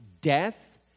death